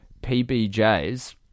PBJs